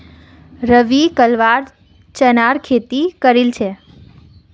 रवि कलवा चनार खेती करील छेक